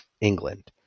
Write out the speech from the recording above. England